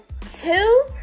two